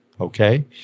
okay